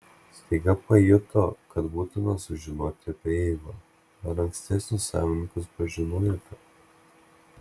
staiga pajuto kad būtina sužinoti apie eivą ar ankstesnius savininkus pažinojote